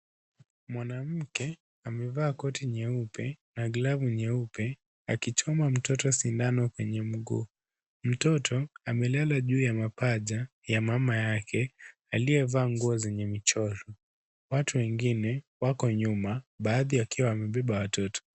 Mwanamke amevaa koti nyeupe, na glovu nyeupe akichoma mtoto sindano kwenye mguu. Mtoto amelala juu ya mapaja ya mama yake aliyevaa nguo zenye michoro. Watu wengine wako nyuma baadhi wakiwa wamewabeba watoto.